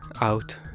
out